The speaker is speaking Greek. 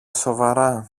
σοβαρά